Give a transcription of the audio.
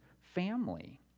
family